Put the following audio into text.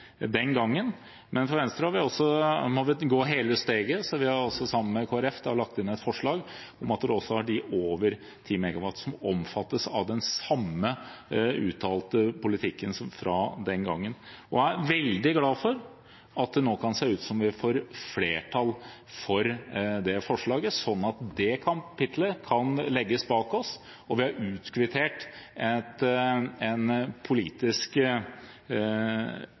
den gangen. I Venstre må vi gå hele steget, så vi har sammen med Kristelig Folkeparti lagt inn et forslag om at det også er de over 10 MW som omfattes av den samme uttalte politikken fra den gangen. Jeg er veldig glad for at det nå kan se ut som vi kan få flertall for det forslaget, sånn at det kapittelet kan legges bak oss, og vi har utkvittert en politisk